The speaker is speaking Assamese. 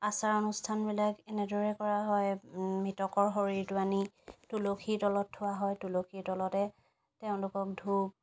আচাৰ অনুষ্ঠানবিলাক এনেদৰে কৰা হয় মৃতকৰ শৰীৰটো আনি তুলসীৰ তলত থোৱা হয় তুলসীৰ তলতে তেওঁলোকক ধূপ